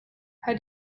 how